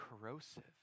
corrosive